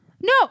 No